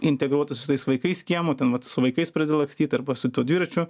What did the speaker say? integruotųsi su tais vaikais kiemo ten vat su vaikais pradeda lakstyt arba su tuo dviračiu